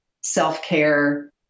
self-care